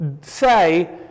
say